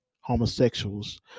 Homosexuals